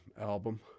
album